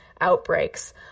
outbreaks